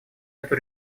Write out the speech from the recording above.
эту